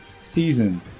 season